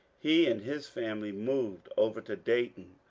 he and his family moved over to dayton.